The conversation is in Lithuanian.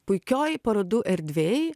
puikioj parodų erdvėj